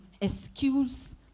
excuse